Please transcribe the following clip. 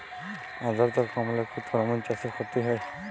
আদ্রর্তা কমলে কি তরমুজ চাষে ক্ষতি হয়?